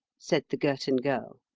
said the girton girl.